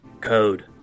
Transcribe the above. code